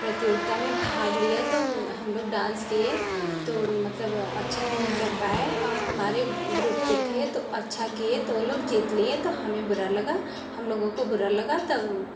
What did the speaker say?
प्रतियोगिता में भाग लिया तो हम लोग डांस किए तो मतलब अच्छा नहीं कर पाए और हमारे ग्रुप के थे तो अच्छा किए तो वो लोग जीत लिए तो हमें बुरा लगा हम लोगों को बुरा लगा तब